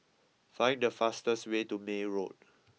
find the fastest way to May Road